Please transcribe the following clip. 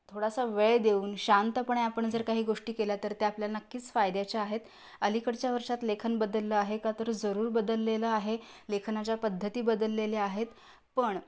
थोडासा वेळ देऊन शांतपणे आपण जर काही गोष्टी केल्या तर त्या आपल्या नक्कीच फायद्याच्या आहेत अलीकडच्या वर्षात लेखन बदललं आहे का तर जरूर बदललेलं आहे लेखनाच्या पद्धती बदललेल्या आहेत पण